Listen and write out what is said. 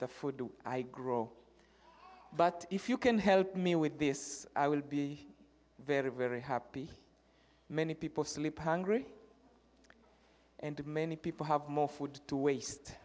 the food i grow but if you can help me with this i will be very very happy many people sleep hungry and many people have more food to waste